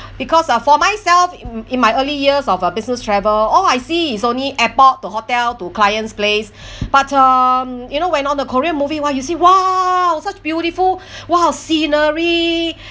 because ah for myself in in my early years of uh business travel all I see is only airport to hotel to clients place but um you know when on a korean movie !wah! you see !wow! such beautiful !wow! scenery